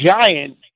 giant